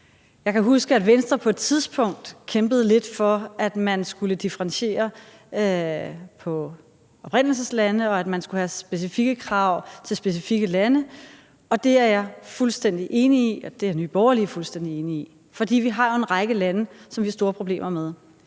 Jeg kan huske, at Venstre på et tidspunkt kæmpede lidt for, at man skulle differentiere på oprindelseslande, og at man skulle have specifikke krav til specifikke lande, og det er jeg og det er Nye Borgerlige fuldstændig enige i. For der er jo en række lande, som vi har store problemer med.